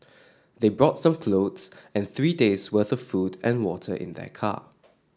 they brought some clothes and three days worth of food and water in their car